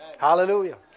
Hallelujah